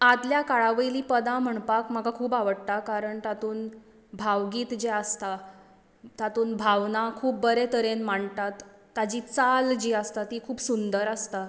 आदल्या कळावयली पदां म्हाका म्हणपाक खूब आवडटा कारण तातूंत भावगीत जे आसता तातूंत भावना खूब बरें तरेन मांडटात ताची चाल जी आसता ती खूब सूंदर आसता